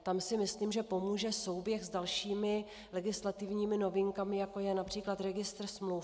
Tam si myslím, že pomůže souběh s dalšími legislativními novinkami, jako je např. registr smluv.